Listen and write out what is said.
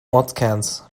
ortskerns